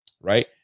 right